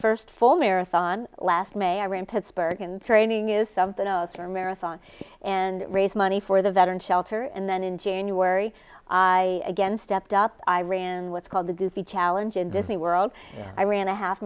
first full marathon last mayor in pittsburgh and training is something else for a marathon and raise money for the veteran shelter and then in january i again stepped up i ran what's called the goofy challenge in disney world i ran a half